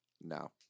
No